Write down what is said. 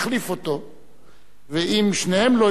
ואם שניהם לא יהיו, אז נינו אבסדזה.